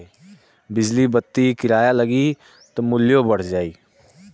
बिजली बत्ति किराया लगी त मुल्यो बढ़ जाई